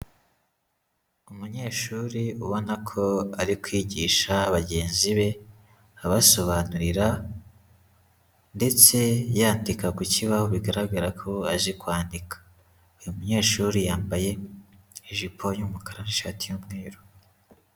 Umunyeshuri ubona ko ari kwigisha bagenzi be abasobanurira ndetse yandika ku kibaho bigaragara ko aje kwandika, uyu munyeshuri yambaye ijipo y'umukara n'ishati y'umweru.